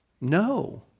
No